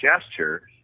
gesture